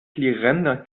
klirrender